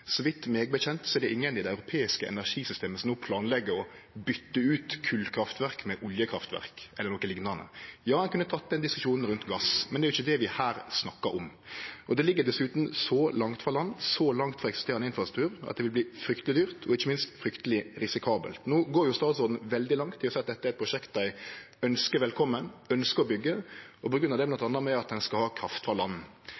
som no planlegg å bytte ut kolkraftverk med oljekraftverk, eller noko liknande. Ja, ein kunne ha teke den diskusjonen rundt gass, men det er ikkje det vi her snakkar om. Det ligg dessutan så langt frå langt og så langt frå eksisterande infrastruktur at det vil verte fryktelig dyrt og ikkje minst fryktelig risikabelt. No går statsråden veldig langt i å seie at dette er eit prosjekt dei ønskjer velkomen, som dei ønskjer å byggje, og grunngjev det